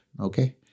okay